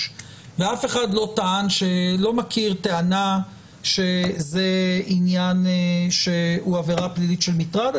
ואני לא מכיר טענה שזה עניין שהוא עבירה פלילית של מטרד.